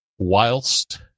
whilst